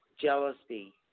Jealousy